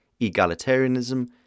egalitarianism